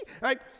right